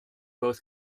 both